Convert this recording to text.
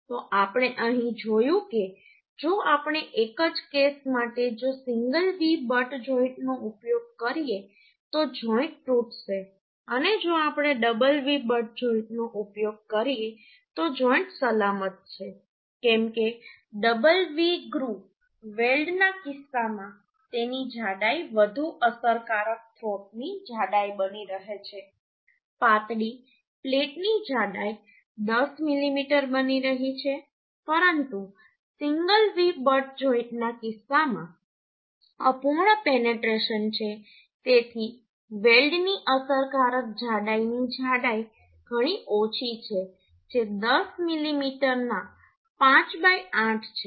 તો આપણે અહીં જોયું કે જો આપણે એક જ કેસ માટે જો સિંગલ V બટ જોઈન્ટનો ઉપયોગ કરીએ તો જોઈન્ટ તૂટશે અને જો આપણે ડબલ V બટ જોઈન્ટનો ઉપયોગ કરીએ તો જોઈન્ટ સલામત છે કેમ કે ડબલ V ગ્રુવ વેલ્ડના કિસ્સામાં તેની જાડાઈ વધુ અસરકારક થ્રોટની જાડાઈ બની રહી છે પાતળી પ્લેટની જાડાઈ 10 મીમી બની રહી છે પરંતુ સિંગલ V બટ જોઈન્ટના કિસ્સામાં અપૂર્ણ પેનેટ્રેશન છે તેથી વેલ્ડની અસરકારક જાડાઈની જાડાઈ ઘણી ઓછી છે જે 10 મીમીના 5 8 છે